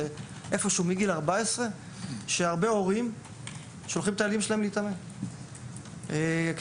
הרבה הורים לילדים בני 14 ומעלה שולחים את ילדיהם להתאמן.